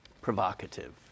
provocative